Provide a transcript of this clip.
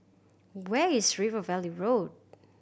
where is River Valley Road